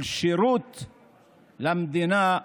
של שירות למדינה,